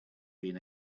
been